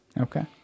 Okay